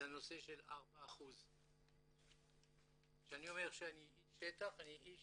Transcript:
נושא של 4%. כשאני אומר שאני איש שטח, אני איש